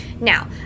Now